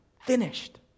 finished